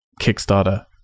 Kickstarter